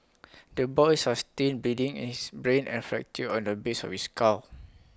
the boy sustained bleeding in his brain and fracture on the base of his skull